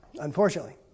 unfortunately